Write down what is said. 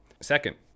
Second